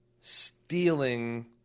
stealing